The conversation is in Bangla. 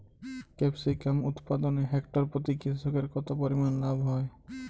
ক্যাপসিকাম উৎপাদনে হেক্টর প্রতি কৃষকের কত পরিমান লাভ হয়?